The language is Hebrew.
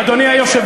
לא ביום